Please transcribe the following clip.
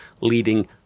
leading